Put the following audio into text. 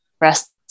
rest